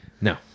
No